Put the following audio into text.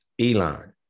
Elon